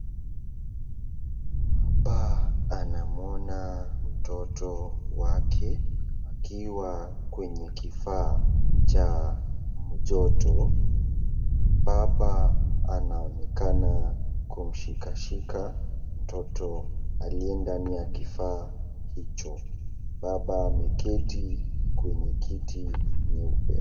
Baba anakumuona mtoto wake akiwa kwenye kifaa cha joto. Baba anaonekana kumshika shika mtoto aliye ndani ya kifaa hicho. Baba ameketi kwenye kiti nyeupe.